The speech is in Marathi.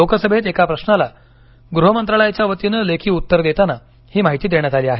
लोकसभेत एका प्रश्नाला गृहमंत्रालयाच्या वतीनं लेखी उत्तर देताना ही माहिती देण्यात आली आहे